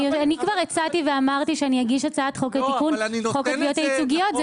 אני כבר הצעתי ואמרתי שאני אגיש הצעת חוק לתיקון חוק התביעות הייצוגיות.